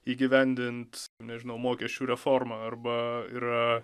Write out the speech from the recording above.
įgyvendint nežinau mokesčių reformą arba yra